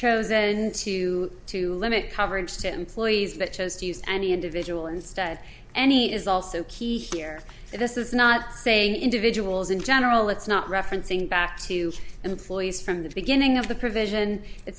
chosen and to to limit coverage to employees that chose to use any individual instead any is also key here this is not saying individuals in general it's not referencing back to employees from the beginning of the provision it